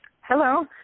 Hello